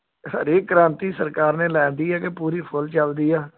ਹਰੀ ਕ੍ਰਾਂਤੀ ਸਰਕਾਰ ਨੇ ਲੈ ਆਂਦੀ ਹੈ ਕਿ ਪੂਰੀ ਫੁੱਲ ਚੱਲਦੀ ਆ